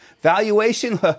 Valuation